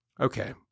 Okay